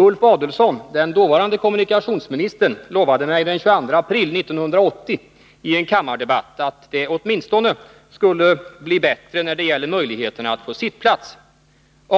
Ulf Adelsohn, den dåvarande kommunikationsministern, lovade mig den 22 april 1980 i en kammardebatt att det åtminstone skulle bli bättre när det gäller möjligheterna att få sittplats. Ulf